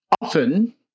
Often